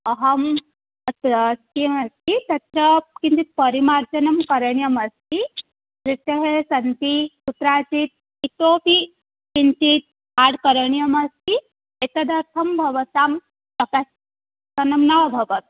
अहम् अत्र किमस्ति तत्र किञ्चित् परिमार्जनं करणीयमस्ति त्रुटयः सन्ति कुत्राचित् इतोऽपि किञ्चित् एड् करणीयम् अस्ति एतदर्थं भवताम् प्रकाशनं न अभवत्